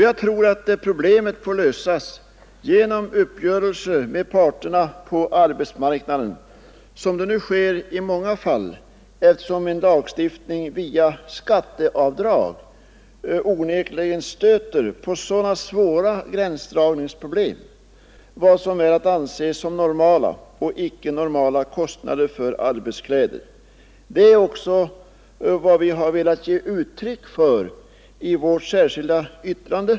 Jag tror att detta problem, så som det nu sker i många andra fall, får lösas genom uppgörelser mellan parterna på arbetsmarknaden, eftersom man vid en lagstiftning om skatteavdrag onekligen stöter på svåra gränsdragningsproblem när det gäller att bedöma vad som är normala och icke normala kostnader för arbetskläder. Det är den uppfattningen vi velat ge uttryck för i vårt särskilda yttrande.